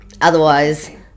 Otherwise